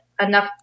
enough